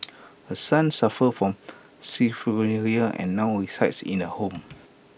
her son suffers from schizophrenia and now resides in A home